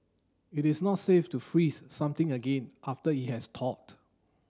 it is not safe to freeze something again after it has thawed